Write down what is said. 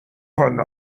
ein